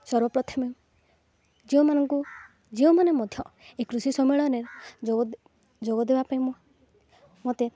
ସର୍ବପ୍ରଥମେ ଝିଅମାନଙ୍କୁ ଝିଅମାନେ ମଧ୍ୟ ଏ କୃଷି ସମ୍ମିଳନୀରେ ଯୋଗ ଯୋଗ ଦେବା ପାଇଁ ମୁଁ ମୋତେ